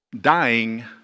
dying